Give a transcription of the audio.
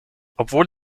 obwohl